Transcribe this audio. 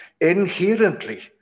inherently